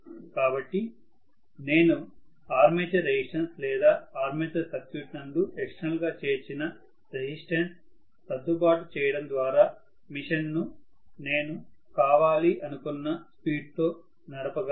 కాబట్టి నేను armature resistance లేదా ఆర్మేచర్ సర్క్యూట్ నందు ఎక్స్టర్నల్ గా చేర్చిన రెసిస్టన్స్ సర్దుబాటు చేయడం ద్వారా మిషన్ ను నేను కావాలి అనుకున్న స్పీడ్ తో నడపగలను